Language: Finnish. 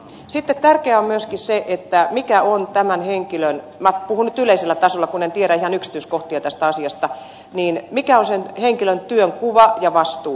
sitten tärkeää on myöskin se mikä on tämän henkilön minä puhun nyt yleisellä tasolla kun en tiedä ihan yksityiskohtia tästä asiasta niin mikä on sen henkilön työn työnkuva ja vastuu